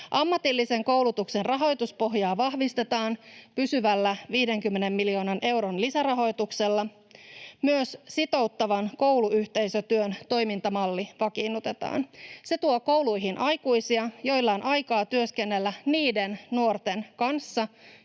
Ammatillisen koulutuksen rahoituspohjaa vahvistetaan pysyvällä 50 miljoonan euron lisärahoituksella. Myös sitouttavan kouluyhteisötyön toimintamalli vakiinnutetaan. Se tuo kouluihin aikuisia, joilla on aikaa työskennellä niiden nuorten kanssa,